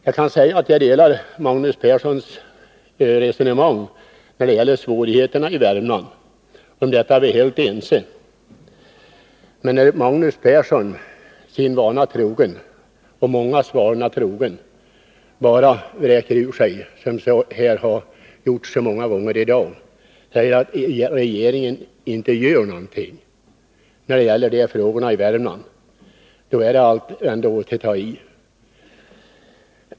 Jag kan säga att jag delar Magnus Perssons uppfattning när det gäller svårigheterna i Värmland. På den punkten är vi helt överens. Men när Magnus Persson sin vana trogen bara vräker ur sig — liksom många andra här i dag — att regeringen inte gör någonting då det gäller Värmlands svårigheter, tycker jag allt att han tar i.